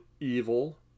evil